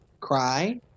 Cry